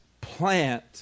plant